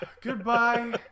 goodbye